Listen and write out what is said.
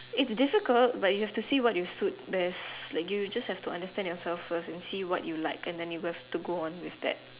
it's difficult but you have to see what you suit best like you just have to understand yourself first and see what you like and then you have to go on with that